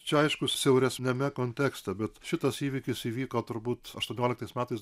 čia aišku siauresniame kontekste bet šitas įvykis įvyko turbūt aštuonioliktais metais